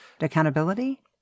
Accountability